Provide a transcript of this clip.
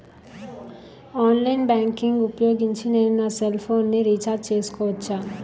Online banking ఊపోయోగించి నేను నా సెల్ ఫోను ని రీఛార్జ్ చేసుకోవచ్చా?